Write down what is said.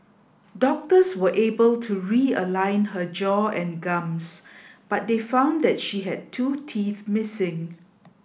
doctors were able to realign her jaw and gums but they found that she had two teeth missing